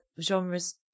genres